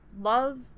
love